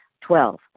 Twelve